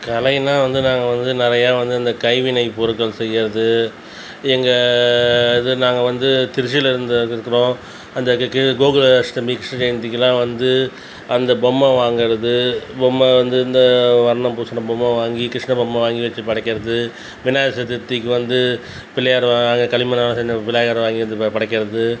கலைன்னா வந்து நாங்கள் வந்து நிறையா வந்து அந்த கைவினை பொருட்கள் செய்யறது எங்கள் இது நாங்கள் வந்து திருச்சியிலருந்து வந்துருக்குறோம் அந்த இதுக்கு கோகுலாஷ்டமி கிருஷ்ண ஜெயந்திக்கிலாம் வந்து அந்த பொம்மை வாங்குறது பொம்மை வந்து இந்த வர்ணம் பூசுன பொம்மை வாங்கி கிருஷ்ண பொம்மை வாங்கி வச்சு படைக்கிறது விநாயகர் சதுர்த்திக்கு வந்து பிள்ளையாரை நாங்கள் களிமண்ணால் செஞ்ச விநாயகரை வாங்கிகிட்டு வந்து படைக்கிறது